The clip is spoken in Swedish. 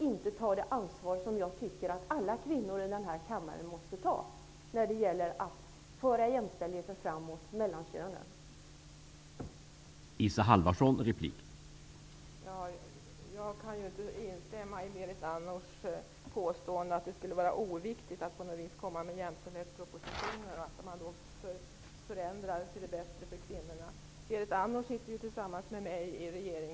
Man tar inte det ansvar som jag tycker att alla kvinnor i denna kammare måste ta när det gäller att föra frågan om jämställdheten mellan könen